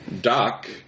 Doc